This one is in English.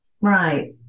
Right